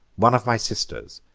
one of my sisters,